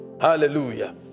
Hallelujah